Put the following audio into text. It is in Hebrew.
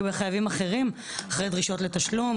אחרי דרישות לתשלום,